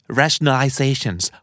rationalizations